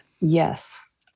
Yes